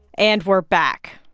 and we're back.